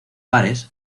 bares